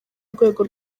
rwego